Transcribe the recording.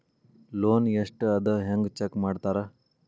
loan ಎಷ್ಟ್ ಅದ ಹೆಂಗ್ ಚೆಕ್ ಮಾಡ್ತಾರಾ